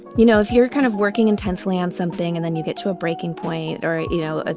you know, if you're kind of working intensely on something and then you get to a breaking point or, you know, ah